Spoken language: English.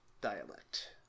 dialect